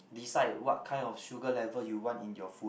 decide what kind of sugar level you want in your food